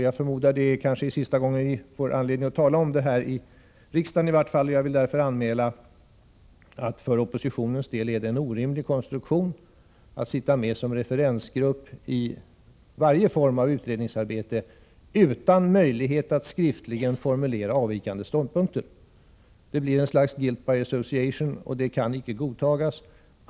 Jag förmodar att detta är sista gången som vi får anledning att i vart fall här i riksdagen tala om eko-kommissionens sammansättning. Jag vill därför anmäla att det för oppositionens del är en orimlig konstruktion att — i varje form av utredningsarbete — sitta med i en referensgrupp utan möjlighet att skriftligen formulera avvikande ståndpunkter. Det blir ett slags ”guilt by association”, och det kan icke godtas.